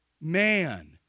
Man